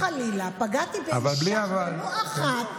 אמרתי שאם חלילה פגעתי באישה ולו אחת,